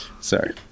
sorry